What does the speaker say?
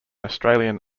australian